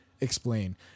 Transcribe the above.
explain